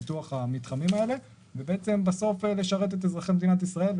פיתוח המתחמים האלה כדי לשרת את אזרחי מדינת ישראל,